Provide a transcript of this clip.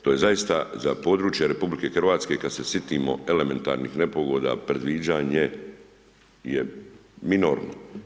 To je zaista za područje RH, kada se sitimo elementarnih nepogoda, predviđanje je minorno.